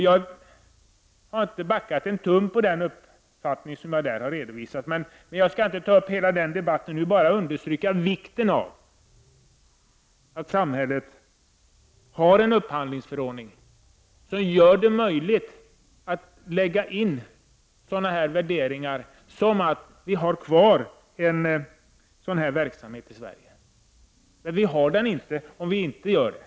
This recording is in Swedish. Jag har inte backat en tum från den uppfattning jag redovisade då. Jag skall inte ta upp hela den debatten nu. Jag vill bara understryka vikten av att samhället har en upphandlingsförordning, som gör det möjligt att lägga in sådana värderingar som att vi skall ha kvar en sådan här verksamhet i Sverige. Men vi har den inte om vi inte gör något.